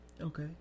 Okay